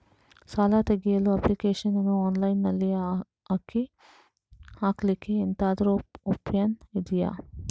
ಸಾಲ ತೆಗಿಯಲು ಅಪ್ಲಿಕೇಶನ್ ಅನ್ನು ಆನ್ಲೈನ್ ಅಲ್ಲಿ ಹಾಕ್ಲಿಕ್ಕೆ ಎಂತಾದ್ರೂ ಒಪ್ಶನ್ ಇದ್ಯಾ?